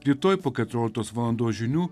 rytoj po keturioliktos valandos žinių